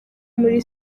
muri